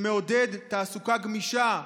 שמעודד תעסוקה גמישה,